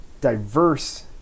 diverse